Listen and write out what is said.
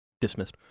dismissed